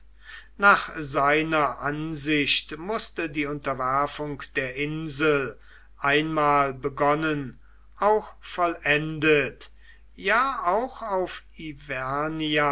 nach seiner ansicht mußte die unterwerfung der insel einmal begonnen auch vollendet ja auch auf